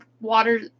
water